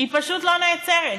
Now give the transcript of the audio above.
היא פשוט לא נעצרת.